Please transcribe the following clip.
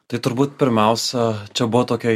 tai turbūt pirmiausia čia buvo tokia